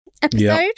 Episode